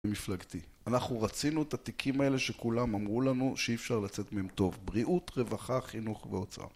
מפלגתי. אנחנו רצינו את התיקים האלה שכולם אמרו לנו שאי אפשר לצאת מהם טוב. בריאות, רווחה, חינוך ואוצר.